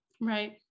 Right